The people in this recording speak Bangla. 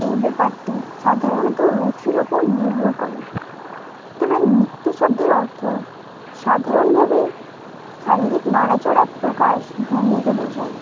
এই ব্যাপারটি সাধারণত রুচির ওপর নির্ভর করে তবে নৃত্য শব্দের অর্থ সাধারণভাবে শারীরিক নড়াচড়া প্রকাশ ভঙ্গিকে বোঝায়